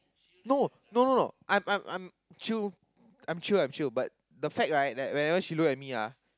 no no no no I'm I'm I'm chill I'm chill I'm chill but the fact right that whenever she look at me ah